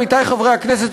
עמיתי חברי הכנסת,